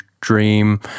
Dream